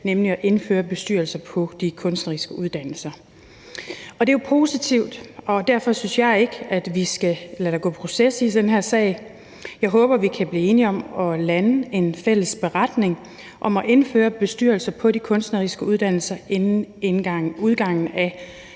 nemlig at indføre bestyrelser på de kunstneriske uddannelser. Det er jo positivt, og derfor synes jeg ikke, at vi skal lade der gå proces i den her sag. Jeg håber, at vi kan blive enige om at lande en fælles beretning om at indføre bestyrelser på de kunstneriske uddannelser inden udgangen af